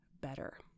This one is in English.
better